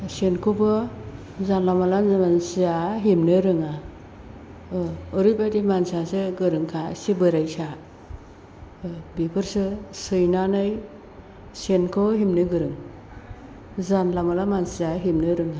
सेनखौबो जानला मानला मानसिया हेबनो रोंङा ओरैबायदि मानसियासो गोरोंखा एसे बोरायसा बेफोरसो सैनानै सेनखौ हेबनो गोरों जानला मानला मानसिया हेबनो रोङा